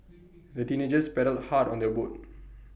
the teenagers paddled hard on their boat